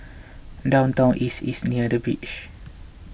Downtown East is near the beach